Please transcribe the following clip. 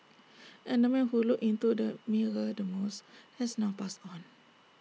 and the man who looked into the mirror the most has now passed on